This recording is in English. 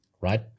right